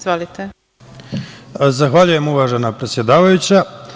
Zahvaljujem, uvažena predsedavajuća.